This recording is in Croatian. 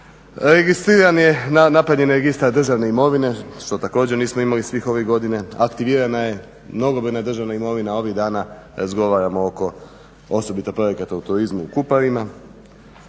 Registriran je, napravljen je registar državne imovine što također nismo imali svih ovih godina. Aktivirana je mnogobrojna državna imovina. Ovih dana razgovaramo oko osobito projekata u turizmu u kuparima.